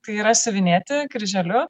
tai yra siuvinėti kryželiu